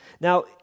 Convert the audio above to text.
Now